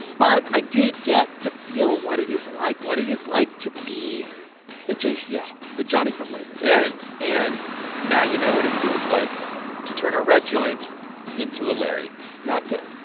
but i did get to feel what it is like, what it is like to be the jcl, yeah the johnny-come-lately and and now you know what it feels like to turn a red joint into a larry not good.